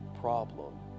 problem